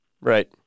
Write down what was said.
Right